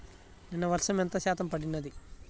నిన్న వర్షము ఎంత శాతము పడినది?